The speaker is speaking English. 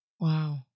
Wow